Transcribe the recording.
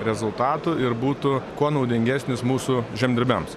rezultatų ir būtų kuo naudingesnis mūsų žemdirbiams